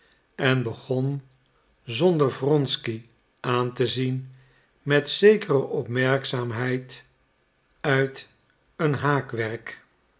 en begon zonder wronsky aan te zien met zekere opmerkzaamheid uit een haakwerk